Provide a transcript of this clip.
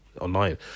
online